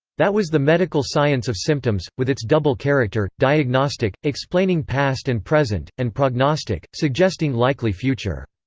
that was the medical science of symptoms, with its double character, diagnostic, explaining past and present, and prognostic, suggesting likely future.